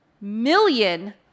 million